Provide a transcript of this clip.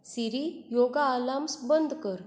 सिरी योगा आलार्म्स बंद कर